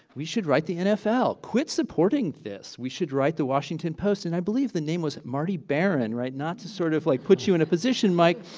we should write the nfl. quit supporting this. we should write the washington post and i believe the name was marty baron, not to sort of like put you in a position, mike,